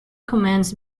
commands